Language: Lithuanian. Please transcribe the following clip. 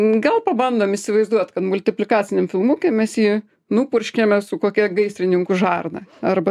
gal pabandom įsivaizduot kad multiplikaciniam filmuke mes jį nupurškiame su kokia gaisrininkų žarna arba